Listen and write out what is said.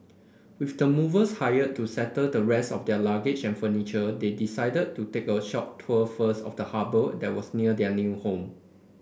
with the movers hired to settle the rest of their luggage and furniture they decided to take a short tour first of the harbour that was near their new home